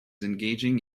engaging